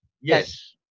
yes